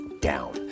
down